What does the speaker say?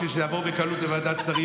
בשביל שזה יעבור בקלות בוועדת שרים,